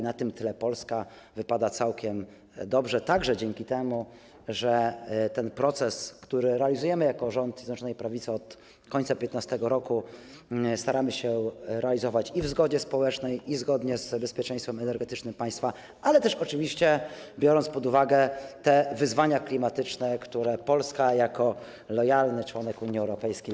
Na tym tle Polska wypada całkiem dobrze także dzięki temu, że proces, który realizujemy jako rząd Zjednoczonej Prawicy od końca 2015 r., staramy się realizować w zgodzie społecznej i zgodnie z bezpieczeństwem energetycznym państwa, ale też oczywiście biorąc pod uwagę wyzwania klimatyczne, które Polska podejmuje jako lojalny członek Unii Europejskiej.